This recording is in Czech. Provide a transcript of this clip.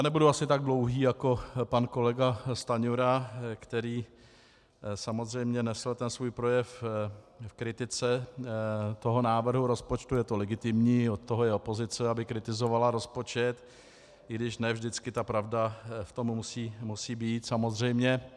Nebudu asi tak dlouhý jako pan kolega Stanjura, který samozřejmě nesl ten svůj projev v kritice návrhu rozpočtu, je to legitimní, od toho je opozice, aby kritizovala rozpočet, i když ne vždycky ta pravda v tom musí být, samozřejmě.